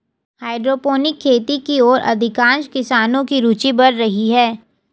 hydroponic खेती की ओर अधिकांश किसानों की रूचि बढ़ रही है